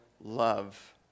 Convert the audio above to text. love